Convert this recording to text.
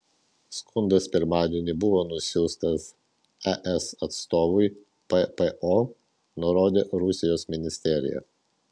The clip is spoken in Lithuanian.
skundas pirmadienį buvo nusiųstas es atstovui ppo nurodė rusijos ministerija